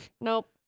Nope